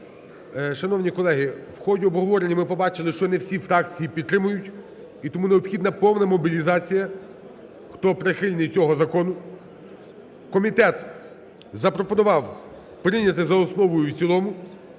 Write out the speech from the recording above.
Шановні колеги, в ході обговорення ми побачили, що не всі фракції підтримують і тому необхідна мобілізація хто прихильний цього закону. Комітет запропонував прийняти за основу і в цілому,